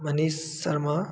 Manish Sharma